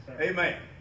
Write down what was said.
Amen